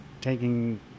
taking